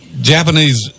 Japanese